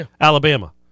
Alabama